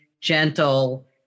gentle